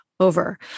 over